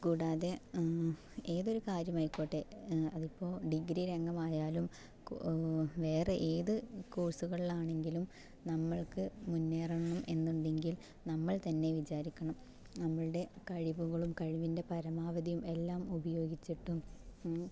കൂടാതെ ഏതൊരു കാര്യമായിക്കോട്ടെ അതിപ്പോ ഡിഗ്രി രംഗം ആയാലും വേറെ ഏത് കോഴ്സുകളിൽ ആണെങ്കിലും നമ്മൾക്ക് മുന്നേറണം എന്നുണ്ടെങ്കിൽ നമ്മൾ തന്നെ വിചാരിക്കണം നമ്മളുടെ കഴിവുകളും കഴിവിൻ്റെ പരാമവധിയും എല്ലാം ഉപയോഗിച്ചിട്ടും